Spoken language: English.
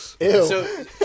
Ew